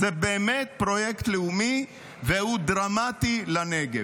זה באמת פרויקט לאומי והוא דרמטי לנגב.